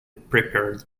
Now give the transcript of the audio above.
prepared